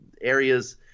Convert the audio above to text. areas